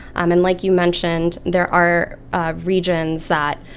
um and like you mentioned, there are regions that,